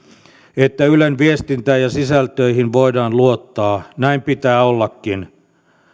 että ylen viestintään ja sisältöihin voidaan luottaa näin pitää ollakin